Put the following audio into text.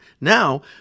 Now